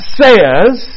says